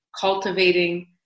cultivating